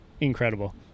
incredible